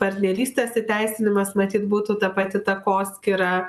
partnerystės įteisinimas matyt būtų ta pati takoskyra